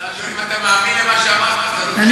אני רק שואל אם אתה מאמין למה שאמרת, לא רק הקראת.